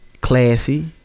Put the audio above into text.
classy